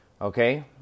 Okay